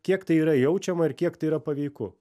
kiek tai yra jaučiama ir kiek tai yra paveiku